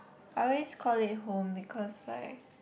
I always call it home because I